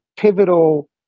pivotal